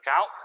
out